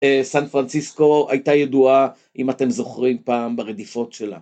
סן פרנסיסקו הייתה ידועה אם אתם זוכרים פעם ברדיפות שלה.